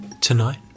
Tonight